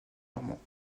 normands